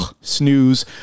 snooze